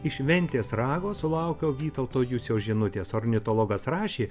iš ventės rago sulaukiau vytauto jusio žinutės ornitologas rašė